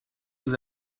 aux